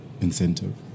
incentive